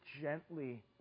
gently